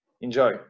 Enjoy